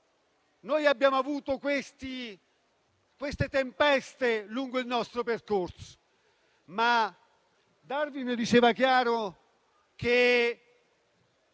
Noi abbiamo incontrato queste tempeste lungo il nostro percorso, ma Darwin diceva chiaro che